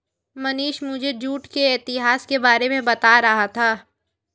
मनीष मुझे जूट के इतिहास के बारे में बता रहा था